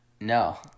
No